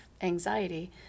anxiety